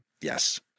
Yes